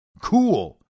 Cool